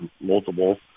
multiple